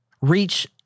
reach